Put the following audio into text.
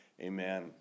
Amen